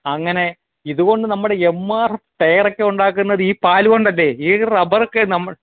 അങ്ങനെ ഇത് കൊണ്ട് നമ്മുടെ എമ്മാർ ടയറൊക്കെ ഉണ്ടാക്കുന്നത് ഈ പാല്കൊണ്ടല്ലേ ഈ റബ്ബറക്കെ നമ്മൾ